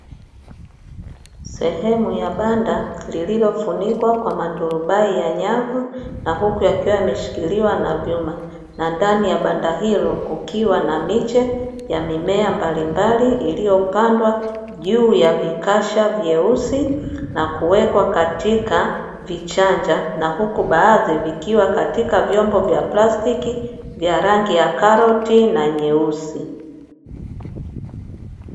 Sehemu ya banda lililofunikwa kwa maturubai ya nyavu, na huku yakiwa yameshikiliwa na vyuma na ndani ya banda hilo kukiwa na miche ya mimea mbalimbali, iliyopandwa juu ya vikasha vyeusi na kuwekwa katika vichanja na huku baadhi vikiwa katika vyombo vya plastiki vya rangi ya karoti na nyeusi.